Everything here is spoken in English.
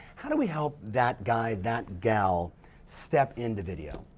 how do we help that guy, that gal step into video?